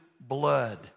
blood